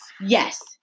Yes